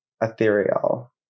ethereal